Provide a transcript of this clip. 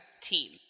team